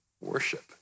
worship